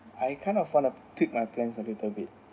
I kind of want to tweet my plans a little bit